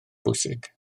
bwysig